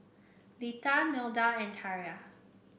Lita Nelda and Tiarra